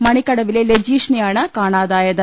മണിക്കടവിലെ ലജീഷിനെയാണ് കാണാതായത്